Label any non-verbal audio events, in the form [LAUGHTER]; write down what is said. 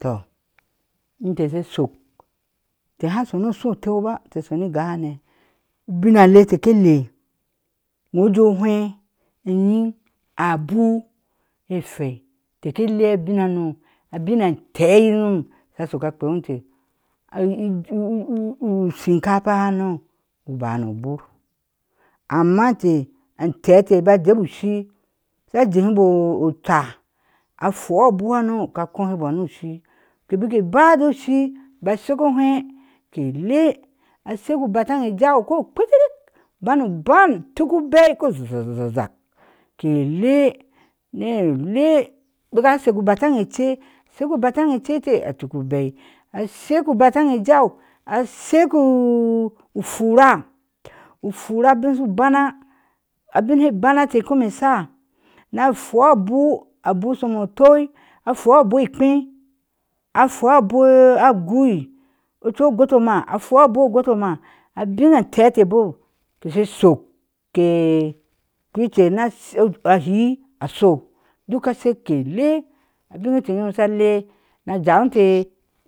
Tɔ intee she shok tee ha sho no shɔɔ tea ba tesho ni gahane ubin alea etec shice le, woje ahɛɛ anyiŋ abuu acohei inte ke le abin hana abin atee yir ŋom asone a kpea inte [HESITATION] shin kafahano uba no bur, amma intee antɛɛ te bik a jebo u shi shajehebo [HESITATION] caa a fua abu hano ya akohibɔɔ nu shi ki bik keba dooshi ba shaak a hai ke lea a shek ubataŋ ejau ke kpeaterith ban u baŋ tuk, ubei ke ze ze ze zak ke lea tee le bik a hek u bataŋ a shek u bataŋa ce teeh a tuk ubei a shek u bataŋ ejau a shek [HESITATION] ufura, ufura ubin shu bana abin she bona eh kom asha na fukabu uba shom a tuo a fuiabu akpe a fui abuu agui ocu ogotoma, afui abuagotomai abin antech te shek ke kpea chir ahii ashuk duk ke sheii ke le abin ete nyom ateri na hewi inte